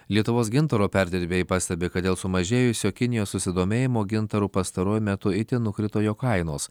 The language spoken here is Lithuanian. lietuvos gintaro perdirbėjai pastebi kad dėl sumažėjusio kinijos susidomėjimo gintaru pastaruoju metu itin nukrito jo kainos